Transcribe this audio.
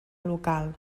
local